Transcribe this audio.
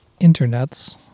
internets